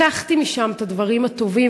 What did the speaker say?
לקחתי משם את הדברים הטובים,